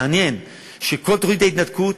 מעניין שכל תוכנית ההתנתקות